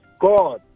God